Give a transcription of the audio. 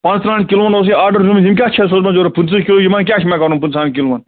پانٛژترٕٛہَن کِلوَن اوس یہِ آرڈر نِیٛوٗمُت یِم کیٛاہ چھَ سوٗزمٕتۍ یور پٍنٛژٕہ کِلوٗ یمن کیٛاہ چھُ مےٚ کرُن پٕنٛژٕہَن کِلوَن